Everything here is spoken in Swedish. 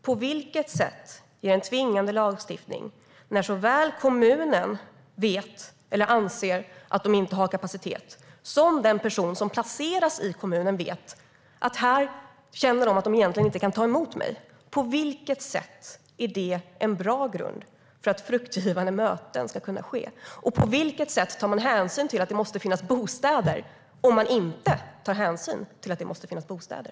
På vilket sätt är en tvingande lagstiftning en bra grund när kommunen anser att den inte har kapacitet och den person som placeras i kommunen vet att man där känner att de egentligen inte kan ta emot honom eller henne? På vilket sätt är det en bra grund för att fruktbara möten ska kunna ske? Och på vilket sätt tar man hänsyn till att det måste finnas bostäder om man inte tar hänsyn till att det måste finnas bostäder?